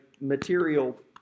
material